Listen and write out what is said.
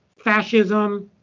fascism,